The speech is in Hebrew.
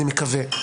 אני מקווה,